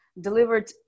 delivered